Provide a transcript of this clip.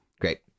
Great